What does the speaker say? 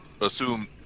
assume